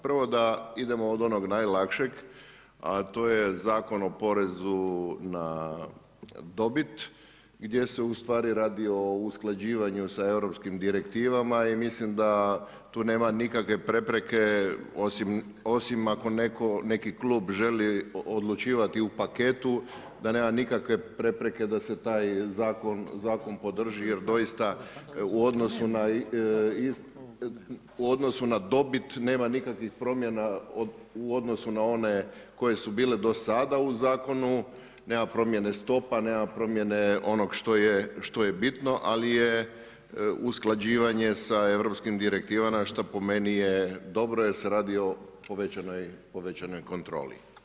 Prvo da idemo od onog najlakšeg, a to je Zakon o porezu na dobit gdje se ustvari radi o usklađivanju sa europskim direktivama i mislim da tu nema nikakve prepreke, osim ako neki klub želi odlučivati u paketu, da nema nikakve prepreke da se taj zakon podrži jer doista u odnosu na dobit nema nikakvih promjena u odnosu na one koje su bile do sada u zakonu nema promjene stopa, nema promjene onog što je bitno, ali je usklađivanje sa europskim direktivama šta po meni je dobro jer se radi o povećanoj kontroli.